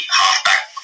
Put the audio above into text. halfback